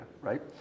right